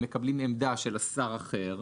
הם מקבלים עמדה של שר אחר.